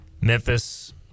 memphis